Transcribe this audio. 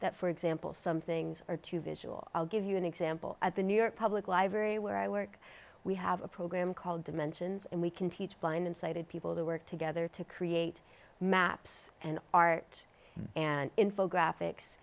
that for example some things are too visual i'll give you an example at the new york public library where i work we have a program called dimensions and we can teach blind sighted people to work together to create maps and art and info graphics